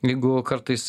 jeigu kartais